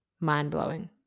mind-blowing